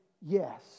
yes